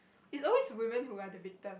it's always who win who are the victim